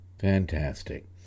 Fantastic